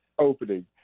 Opening